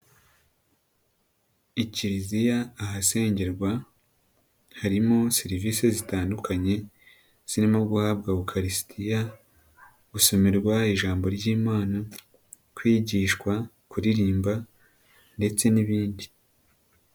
Ikiriziya ahasengerwa, harimo serivisi zitandukanye, zirimo guhabwa ukarisitiya, gusomerwa ijambo ry'imana, kwigishwa, kuririmba ndetse n'ibindi.